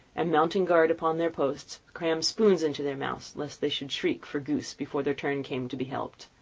and mounting guard upon their posts, crammed spoons into their mouths, lest they should shriek for goose before their turn came to be helped.